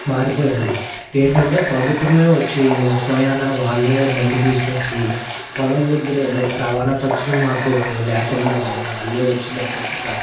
మారిపోయింది ఏంటంటే ప్రభుత్వమే వచ్చి స్వయాన వాళ్ళే బండి తీసుకొచ్చి పొలం దగ్గరే రవాణా ఖర్చులు మాకు లేకుండానే వాళ్ళే వచ్చి డైరెక్ట్గా